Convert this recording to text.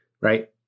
right